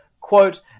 Quote